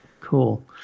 Cool